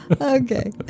Okay